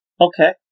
Okay